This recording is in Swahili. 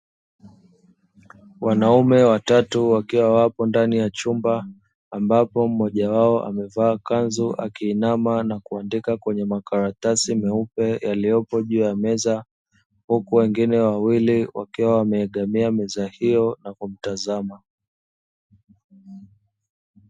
Wanaume watatu wakiwa wapo ndani ya chumba, ambapo mmoja wapo amevaa kanzu, na akiinama na kuandika kwenye makaratasi meupe yaliyopo juu ya meza. Huku wengine wawili wakiwa wameegemea meza hiyo na kumtazama.